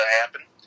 happen